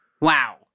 Wow